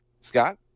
Scott